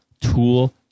tool